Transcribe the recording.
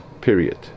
Period